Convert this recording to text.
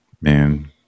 man